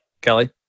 kelly